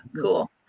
cool